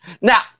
Now